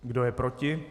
Kdo je proti?